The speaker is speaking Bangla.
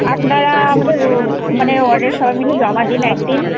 আপনারা আমাদের মানে ওয়ার্ডের সবাই মিলে জমা দিন এক দিন